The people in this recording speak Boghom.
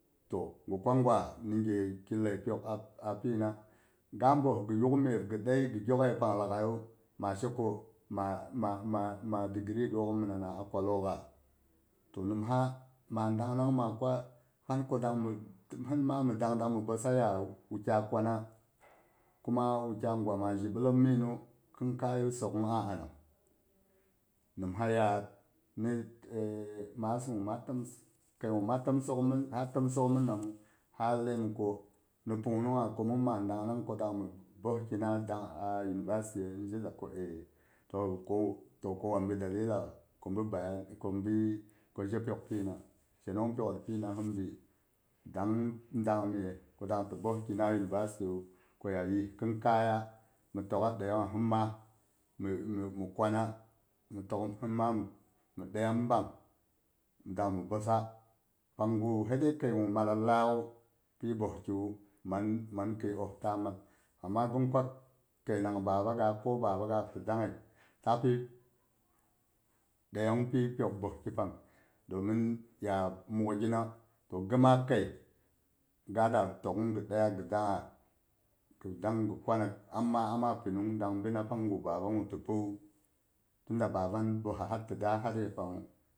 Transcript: To ghi kwa gwa ni ge ki lai pyok a pina ga boes ghi yugh myep ghi ɗai ghi gyok ye pang laaghai ma she ko ma degree gok manana a kwallokha to nimha ma dang nang ma kwa pan ko dangmi, hinma mi dang dangmi boesa ya wukyayi kwana kuma wukyayi gwa ma ji ɓellem minnu khinkayu sokma a anang, muha yad kai gu ha timsok mi nammu ha laiyim ko pung mungha min mai dangnang pan ku dangmi boes kina a university ye ni je za ko aci to ko wan to ko wan bi dalili ko bi bayani ko bi je pyok pina shenong pyokhit pina hin bi dang daang me ku dang ti boes kina university ti wu ko ya gi khin kayah mi tokha ɗaiyangha himma mhi mi kwana mi tok himma mi ɗaya mi bang dang mi boesa panggu hai dai kai gu mallat laaghu pi boeskiyu man man khi osta mal, amma ghin kwa kai nang baba gak ko baba gak ti danghai ta pi dayan pi pyok boeskipang domin ya mugh gina ko ghima kai gada tokhu ghi ɗaya ghi əangha ghi dang ghi kwana amma am pinung bina panggu baba gu ti pi wu tun da baba boesa har ti da har yi pang hu.